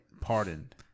pardoned